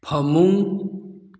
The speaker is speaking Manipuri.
ꯐꯃꯨꯡ